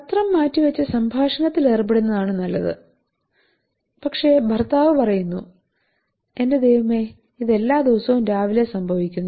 പത്രം മാറ്റി വെച്ച് സംഭാഷണത്തിൽ ഏർപ്പെടുന്നതാണ് നല്ലത് പക്ഷേ ഭർത്താവ് പറയുന്നു എന്റെ ദൈവമേ ഇത് എല്ലാ ദിവസവും രാവിലെ സംഭവിക്കുന്നു